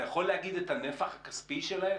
אתה יכול להגיד את הנפח הכספי שלהן?